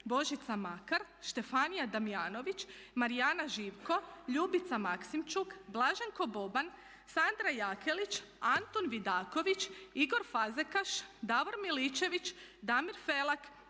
Božica Makar, Štefanija Damjanović, Marijana Živko, Ljubica Maksimčuk, Blaženko Boban, Sandra Jakelić, Antun Vidaković, Igor Fazekaš, Davor Miličević, Damir Felek,